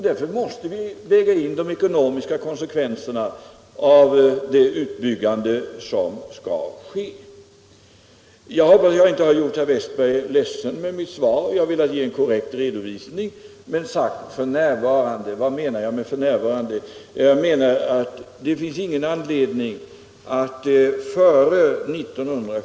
Därför måste vi väga in de ekonomiska konsekvenserna i den utbyggnad som skall ske. Jag hoppas att jag inte har gjort herr Westberg i Ljusdal ledsen med mitt svar. Jag har velat ge en korrekt redovisning men menar att det f.n. — och därmed menar jag före 1978 — inte finns någon anledning att ta upp detta problem.